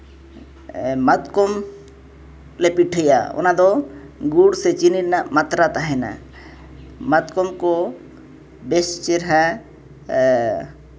ᱢᱟᱛᱠᱚᱢ ᱞᱮ ᱯᱤᱴᱷᱟᱹᱭᱟ ᱚᱱᱟᱫᱚ ᱜᱩᱲ ᱥᱮ ᱪᱤᱱᱤ ᱨᱮᱭᱟᱜ ᱢᱟᱛᱨᱟ ᱛᱟᱦᱮᱱᱟ ᱢᱟᱛᱠᱚᱢ ᱠᱚ ᱵᱮᱥ ᱪᱮᱨᱦᱟ